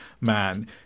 Man